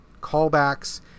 callbacks